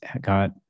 got